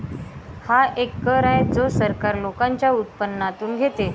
हा एक कर आहे जो सरकार लोकांच्या उत्पन्नातून घेते